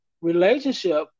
relationship